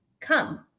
Come